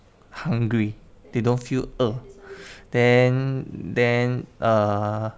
hungry they don't feel 饿 then then err